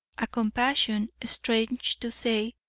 a compassion, strange to say,